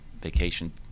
vacation